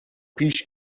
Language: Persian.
پیش